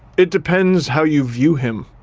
it depends how you view him,